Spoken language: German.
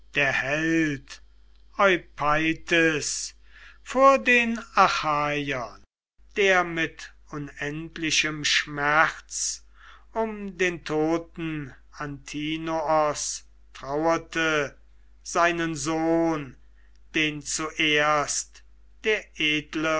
der held eupeithes vor den achaiern der mit unendlichem schmerz um den toten antinoos traurte seinen sohn den zuerst der edle